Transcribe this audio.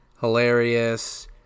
hilarious